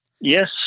Yes